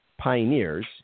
Pioneers